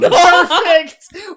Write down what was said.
perfect